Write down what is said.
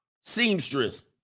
Seamstress